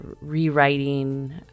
rewriting